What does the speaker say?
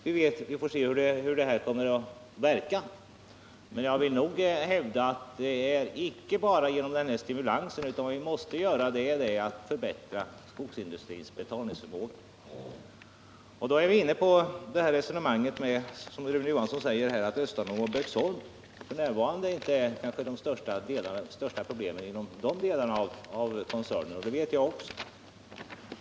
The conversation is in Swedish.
Vi får se hur det hela kommer att verka. Men jag vill hävda att det inte räcker med denna stimulans utan att vi också måste förbättra skogsindustrins betalningsförmåga. Rune Johansson i Ljungby säger att Östanå och Böksholm f. n. kanske inte utgör de största problemen inom de delar av koncernen som det här gäller, och det vet jag också.